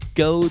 go